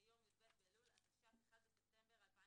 ביום י"ב באלול התש"ף (1 בספטמבר 2020)